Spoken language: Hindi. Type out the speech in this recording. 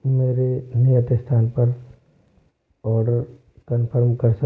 मेरे नियत स्थान पर ऑर्डर कन्फर्म कर सकते है